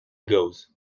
goes